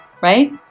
right